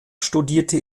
studierte